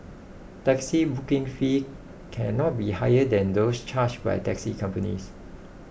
taxi booking fees cannot be higher than those charged by taxi companies